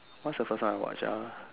what is the first one I watch ah